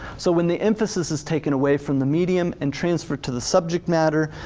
so when the emphasis is taken away from the medium and transferred to the subject matter,